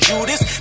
Judas